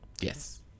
Yes